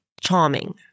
charming